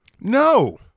No